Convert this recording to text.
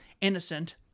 innocent